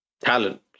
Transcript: talent